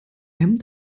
einem